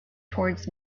towards